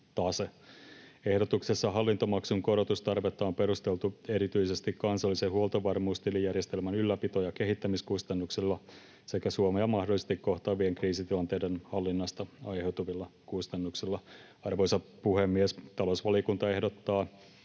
Ehdotuksessa hallintomaksun korotustarvetta on perusteltu erityisesti kansallisen huoltovarmuustilijärjestelmän ylläpito- ja kehittämiskustannuksilla sekä Suomea mahdollisesti kohtaavien kriisitilanteiden hallinnasta aiheutuvilla kustannuksilla. Arvoisa puhemies! Talousvaliokunta ehdottaa,